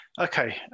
okay